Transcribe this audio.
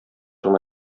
гына